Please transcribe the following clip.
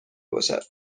باشد